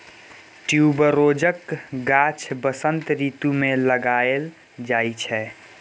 ट्युबरोजक गाछ बसंत रितु मे लगाएल जाइ छै